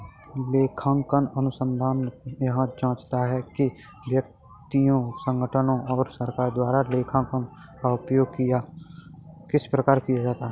लेखांकन अनुसंधान यह जाँचता है कि व्यक्तियों संगठनों और सरकार द्वारा लेखांकन का उपयोग किस प्रकार किया जाता है